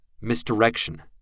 Misdirection